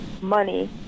money